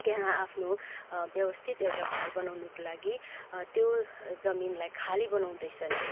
त्यहाँ आफ्नो व्यवस्थित एउटा घर बनाउनुको लागि त्यो जमिनलाई खाली बनाउँदैछन्